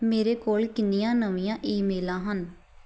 ਮੇਰੇ ਕੋਲ ਕਿੰਨੀਆਂ ਨਵੀਆਂ ਈਮੇਲਾਂ ਹਨ